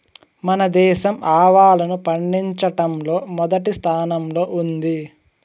మన దేశం ఆవాలను పండిచటంలో మొదటి స్థానం లో ఉంది